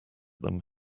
them